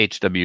HW